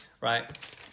right